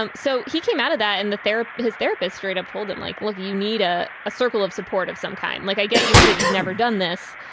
um so he came out of that and the therapy, his therapist straight up told him, like, look, you need a circle of support of some kind. like, i get you that you've never done this.